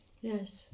Yes